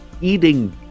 eating